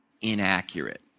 inaccurate